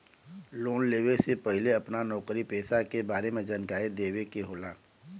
Loan लेवे से पहिले अपना नौकरी पेसा के बारे मे जानकारी देवे के होला?